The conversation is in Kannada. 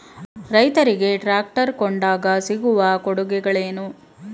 ರೈತರಿಗೆ ಟ್ರಾಕ್ಟರ್ ಕೊಂಡಾಗ ಸಿಗುವ ಕೊಡುಗೆಗಳೇನು?